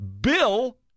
Bill